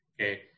okay